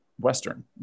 Western